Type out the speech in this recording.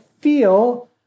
feel